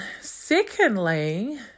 Secondly